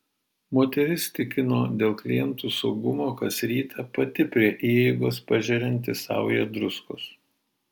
moteris tikino dėl klientų saugumo kas rytą pati prie įeigos pažerianti saują druskos